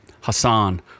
Hassan